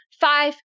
Five